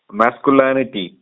masculinity